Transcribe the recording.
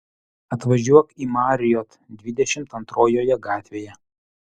atvažiuok į marriott dvidešimt antrojoje gatvėje